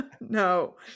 no